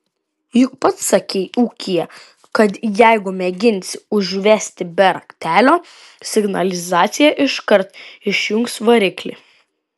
juk pats sakei ūkyje kad jeigu mėginsi užvesti be raktelio signalizacija iškart išjungs variklį